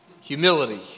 humility